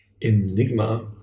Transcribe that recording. enigma